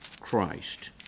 Christ